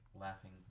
laughing